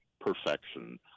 perfection